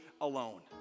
alone